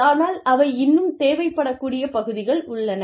ஆனால் அவை இன்னும் தேவைப்படக்கூடிய பகுதிகள் உள்ளன